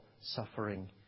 suffering